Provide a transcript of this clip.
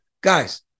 Guys